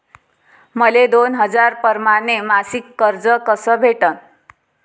मले दोन हजार परमाने मासिक कर्ज कस भेटन?